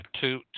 two